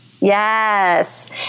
Yes